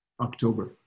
October